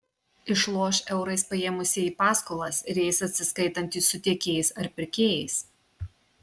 išloš eurais paėmusieji paskolas ir jais atsiskaitantys su tiekėjais ar pirkėjais